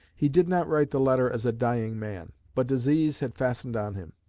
he did not write the letter as a dying man. but disease had fastened on him.